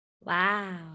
wow